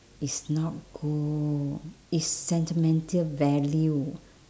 it's not gold it's sentimental value